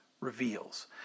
reveals